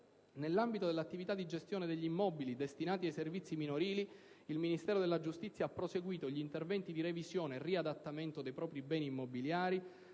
nell'ambito dell'attività di gestione degli immobili destinati ai servizi minorili, il Ministero della giustizia ha proseguito gli interventi di revisione e riattamento dei propri beni immobiliari